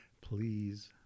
please